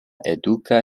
eduka